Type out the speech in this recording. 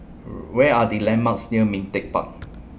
Where Are The landmarks near Ming Teck Park